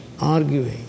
arguing